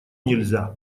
нельзя